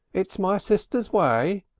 it's my sister's way,